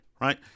right